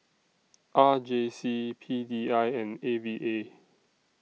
R J C P D I and A V A